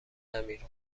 نمیر